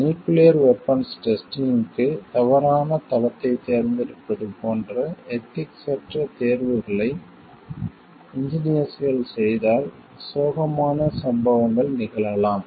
nuclear weapons டெஸ்டிங்க்கு தவறான தளத்தை தேர்ந்தெடுப்பது போன்ற எதிக்ஸ்யற்ற தேர்வுகளை இன்ஜினியர்ஸ்கள் செய்தால் சோகமான சம்பவங்கள் நிகழலாம்